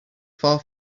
far